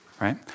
Right